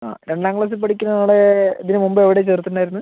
ആ രണ്ടാം ക്ലാസ്സിൽ പഠിക്കുന്ന ആളെ ഇതിനു മുമ്പ് എവിടെയാണ് ചേർത്തിട്ടുണ്ടായിരുന്നത്